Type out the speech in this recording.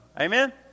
Amen